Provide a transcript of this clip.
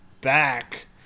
back